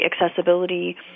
accessibility